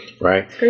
Right